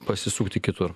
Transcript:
pasisukti kitur